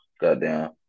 Goddamn